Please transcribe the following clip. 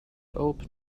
open